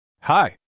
Hi